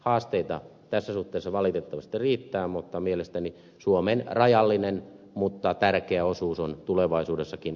haasteita tässä suhteessa valitettavasti riittää mutta mielestäni suomen rajallinen mutta tärkeä osuus on tulevaisuudessakin